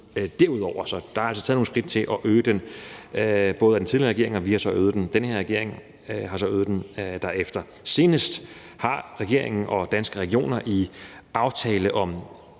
yderligere, så der er altså taget nogle skridt til at øge den, både af den tidligere regering og den her regering, som så har øget den efterfølgende. Senest er regeringen og Danske Regioner i »Aftale om